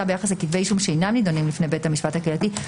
ביחס לכתבי אישום שאינם נדונים לפני בית המשפט הקהילתי,